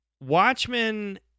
Watchmen